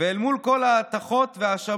ואל מול כל ההטחות וההאשמות,